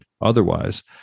otherwise